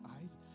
eyes